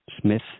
Smith